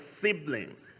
siblings